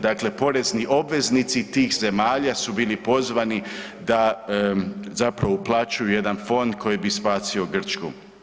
Dakle, porezni obveznici tih zemalja su bili pozvani da zapravo uplaćuju u jedan fond koji bi spasio Grčku.